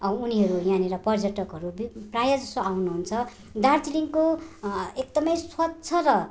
उनीहरू यहाँनिर पर्यटकहरू बि ब प्रायःजस्तो आउनुहुन्छ दार्जिलिङको एकदमै स्वच्छ र